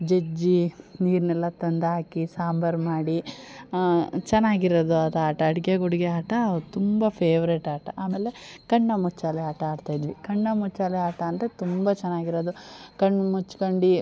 ಜಜ್ಜಿ ನೀರನ್ನೆಲ್ಲ ತಂದು ಹಾಕಿ ಸಾಂಬಾರು ಮಾಡಿ ಚೆನ್ನಾಗಿರೋದು ಅದು ಆಟ ಅಡುಗೆ ಗುಡ್ಗೆ ಆಟ ತುಂಬ ಫೆವ್ರೇಟ್ ಆಟ ಆಮೇಲೆ ಕಣ್ಣ ಮುಚ್ಚಾಲೆ ಆಟ ಆಡ್ತಾಯಿದ್ವಿ ಕಣ್ಣ ಮುಚ್ಚಾಲೆ ಆಟ ಅಂದರೆ ತುಂಬ ಚೆನ್ನಾಗಿರೋದು ಕಣ್ಣು ಮುಚ್ಕೊಂಡು